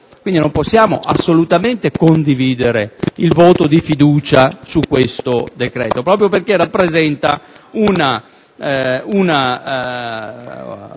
2006? Non possiamo assolutamente condividere il voto di fiducia su questo decreto, proprio perché rappresenta una